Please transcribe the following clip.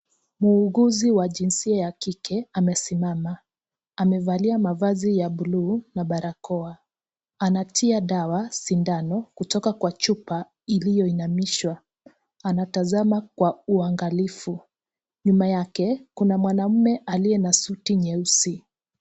Muuguzi wa jinsia ya kike amesimama. Amevalia mavazi ya bluu na barakoa. Anatia dawa sindano kutoka kwa chupa iliyoinamishwa. Anatazama kwa uangalifu. Nyuma yake kuna mwanamume aliye na suti nyeusi.